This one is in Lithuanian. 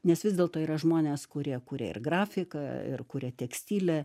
nes vis dėlto yra žmonės kurie kuria ir grafiką ir kuria tekstilę